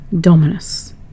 Dominus